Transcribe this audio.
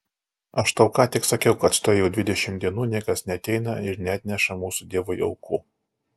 aš tau ką tik sakiau kad štai jau dvidešimt dienų niekas neateina ir neatneša mūsų dievui aukų